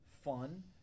fun